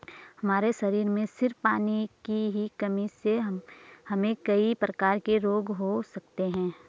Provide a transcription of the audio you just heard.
हमारे शरीर में सिर्फ पानी की ही कमी से हमे कई प्रकार के रोग हो सकते है